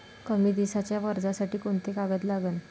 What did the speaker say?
कमी दिसाच्या कर्जासाठी कोंते कागद लागन?